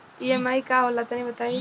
EMI का होला तनि बताई?